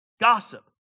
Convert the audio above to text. gossip